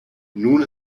nun